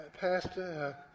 Pastor